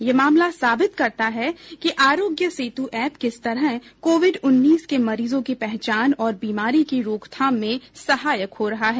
यह मामला साबित करता है कि आरोग्य सेतु एप किस तरह कोविड उन्नीस के मरीजों की पहचान और बीमारी की रोकथाम में सहायक हो रहा है